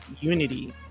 Unity